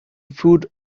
food